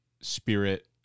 spirit